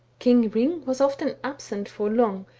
king hring was often absent for long,